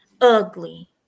ugly